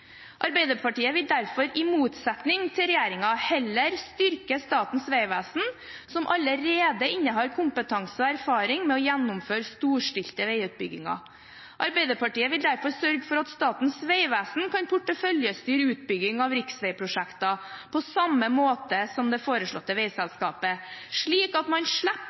Arbeiderpartiet vil derfor i motsetning til regjeringen heller styrke Statens vegvesen, som allerede innehar kompetanse og erfaring med å gjennomføre storstilte veiutbygginger. Arbeiderpartiet vil derfor sørge for at Statens vegvesen kan porteføljestyre utbygging av riksveiprosjekter på samme måte som det foreslåtte veiselskapet, slik at man slipper